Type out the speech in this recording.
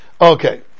Okay